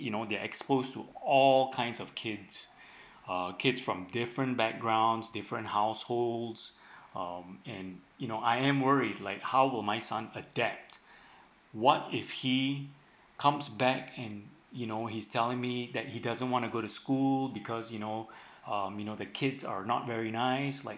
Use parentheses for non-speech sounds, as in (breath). you know they're exposed to all kinds of kids uh kids from different backgrounds different households um and you know I am worried like how would my son adapt what if he comes back and you know he's telling me that he doesn't want to go to school because you know (breath) um you know the kids are not very nice like